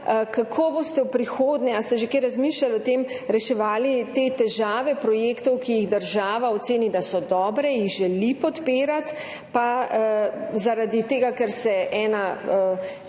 kako boste v prihodnje, ali ste že kaj razmišljali o tem, reševali težave projektov, ki jih država oceni, da so dobri, jih želi podpirati, pa zaradi tega, ker se eno